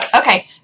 Okay